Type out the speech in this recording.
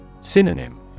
Synonym